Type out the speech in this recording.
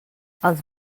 els